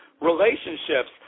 relationships